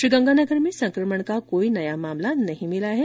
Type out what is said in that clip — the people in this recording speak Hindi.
श्रीगंगानगर में संकमण का कोई भी मामला नहीं मिला है